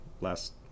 last